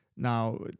Now